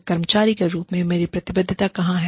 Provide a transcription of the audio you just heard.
एक कर्मचारी के रूप में मेरी प्रतिबद्धता कहां है